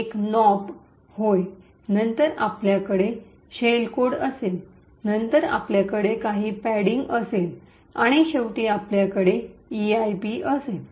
एक नोप नाही होय नंतर आपल्याकडे शेल कोड असेल नंतर आपल्याकडे काही पॅडिंग असेल आणि शेवटी आपल्याकडे ईआयपी असेल